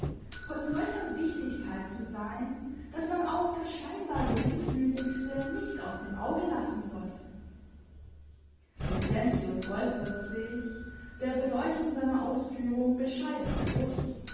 von solcher wichtigkeit zu sein daß man auch das scheinbar geringfügigste nicht aus dem auge lassen sollte vincentius räuspert sich der bedeutung seiner ausführung bescheiden bewußt